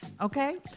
okay